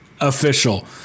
official